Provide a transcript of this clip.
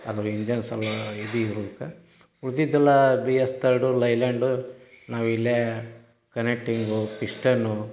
ಅದ್ರ ಇಂಜನ್ ಸಲ್ವಾಗಿ ಉಳಿದಿದ್ದೆಲ್ಲ B S third Leyland ನಾವು ಇಲ್ಲೇ ಕನೆಕ್ಟಿಂಗು ಪಿಸ್ಟನ್ನು